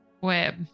web